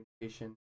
communication